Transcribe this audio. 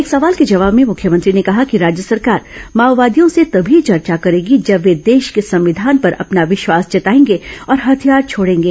एक सवाल के जवाब में मुख्यमंत्री ने कहा कि राज्य सरकार माओवादियों से तभी चर्चा करेगी जब वे देश के संविधान पर अपना विश्वास जताएंगे और हथियार छोडेंगे